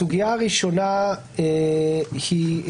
הסוגיה הראשונה שעלתה,